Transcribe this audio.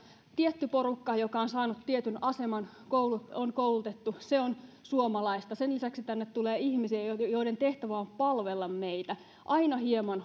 tietty porukka joka on saanut tietyn aseman on koulutettu on suomalaista ja sen lisäksi tänne tulee ihmisiä joiden tehtävä on palvella meitä aina hieman